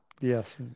Yes